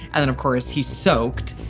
and then of course he soaked.